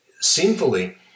sinfully